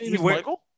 Michael